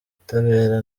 butabera